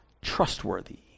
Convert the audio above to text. trustworthy